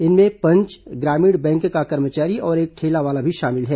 इनमें पंच ग्रामीण बैंक का कर्मचारी और एक ठेला वाला भी शामिल हैं